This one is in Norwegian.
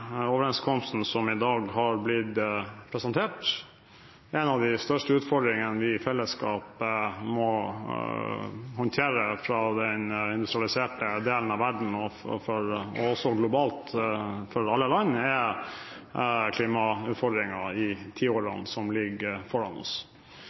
overenskomsten som i dag er blitt presentert. En av de største utfordringene vi i fellesskap må håndtere for den industrialiserte delen av verden og også globalt, for alle land, er klimautfordringene i tiårene som ligger foran oss.